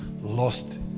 lost